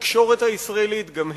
התקשורת הישראלית גם היא,